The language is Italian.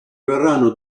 verranno